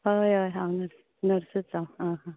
हय हय हांव नर्स नर्सच हांव आहा